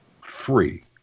free